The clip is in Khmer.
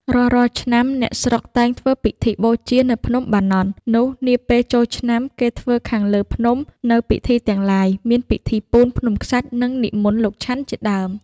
រាល់ៗឆ្នាំ អ្នកស្រុកតែងធ្វើពិធីបូជានៅភ្នំបាណន់ នោះ, នាពេលចូលឆ្នាំថ្មី គេធ្វើខាងលើភ្នំ នូវពិធីទាំងឡាយ មានពិធីពូនភ្នំខ្សាច់ និងនិមន្តលោកឆាន់ជាដើម